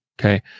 Okay